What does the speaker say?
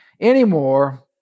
anymore